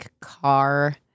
car